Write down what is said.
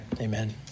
amen